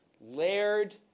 layered